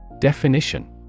Definition